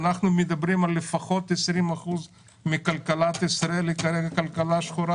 אנחנו מדברים על לפחות 20% מכלכלת ישראל שכרגע היא כלכלה שחורה,